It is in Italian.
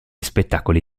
spettacoli